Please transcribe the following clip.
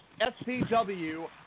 SCW